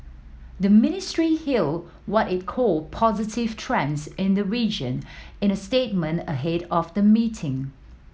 the ministry hailed what it called positive trends in the region in a statement ahead of the meeting